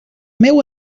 meu